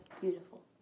beautiful